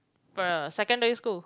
secondary school